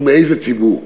ומאיזה ציבור.